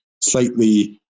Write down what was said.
slightly